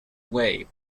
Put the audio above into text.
way